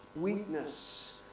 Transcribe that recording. weakness